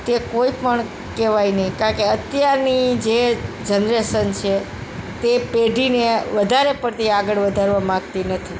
કે કોઇપણ કહેવાય નહીં કારણ કે અત્યારની જે જનરેસન છે તે પેઢીને વધારે પડતી આગળ વધારવા માગતી નથી